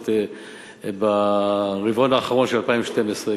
ברבעון האחרון של 2012,